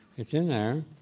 it's in there.